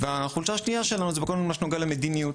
חולשה שנייה שלנו זה בכל מה שנוגע למדיניות.